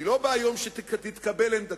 אני לא בא היום כדי שתתקבל עמדתי.